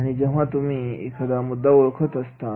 आणि जेव्हा तुम्ही एखादा मुद्दा ओळखत असता